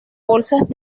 bolsas